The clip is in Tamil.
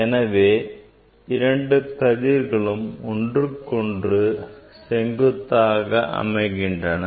எனவே இரண்டு கதிர்களும் ஒன்றுக்கொன்று செங்குத்தாக இருக்கின்றன